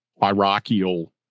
hierarchical